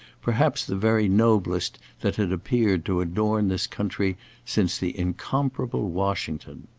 perhaps the very noblest that had appeared to adorn this country since the incomparable washington.